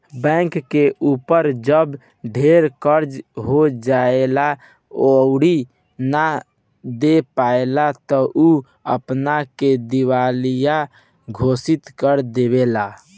bank के ऊपर जब ढेर कर्जा हो जाएला अउरी उ ना दे पाएला त उ अपना के दिवालिया घोषित कर देवेला